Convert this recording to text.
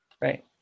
Right